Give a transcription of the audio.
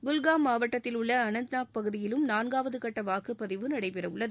குல்காம் மாவட்டத்தில் உள்ள அனந்த்நாக் பகுதியிலும் நான்காவது கட்ட வாக்குப்பதிவு நடைபெறவுள்ளது